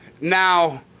Now